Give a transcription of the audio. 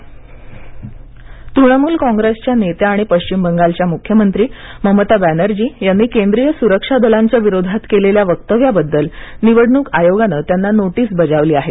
ममता बॅनर्जी तृणमूल काँप्रेसच्या नेत्या आणि पश्चिम बंगालचे मुख्यमंत्री ममता बॅनर्जी यांनी केंद्रीय सुरक्षा दलांच्या विरोधात केलेल्या वक्तव्याबद्दल निवडणूक आयोगाने त्यांना नोटीस बजावली आहे